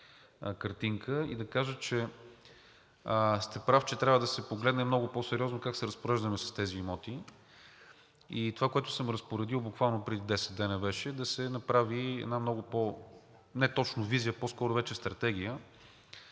и да кажа, че сте прав, че трябва да се погледне много по-сериозно как се разпореждаме с тези имоти. Това, което съм разпоредил буквално преди 10 дни, беше да се направи една стратегия за това как да стане